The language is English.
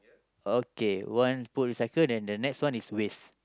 okay one put recycle then the next one is waste